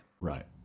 right